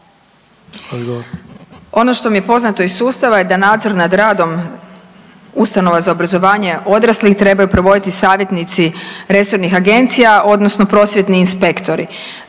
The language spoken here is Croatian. Ono što mi je poznato iz sustava je da je nadzor nad radom ustanova za obrazovanje odraslih trebaju provoditi savjetnici resornih agencija odnosno prosvjetni inspektori.